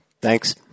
thanks